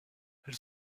elle